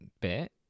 bit